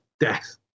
Death